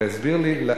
תסביר לי,